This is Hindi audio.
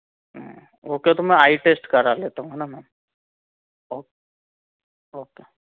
ओके तो मैं आई टेस्ट करा लेता हूँ है ना मैम